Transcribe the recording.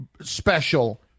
special